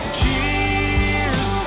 cheers